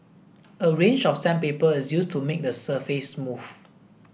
a range of sandpaper is used to make the surface smooth